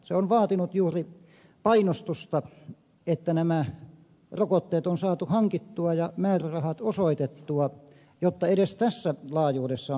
se on vaatinut juuri painostusta että nämä rokotteet on saatu hankittua ja määrärahat osoitettua jotta edes tässä laajuudessa on toimittu